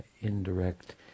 indirect